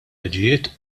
liġijiet